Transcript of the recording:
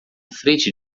frente